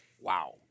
wow